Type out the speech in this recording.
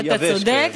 אתה צודק,